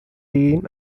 being